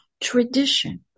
tradition